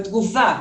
בתגובה.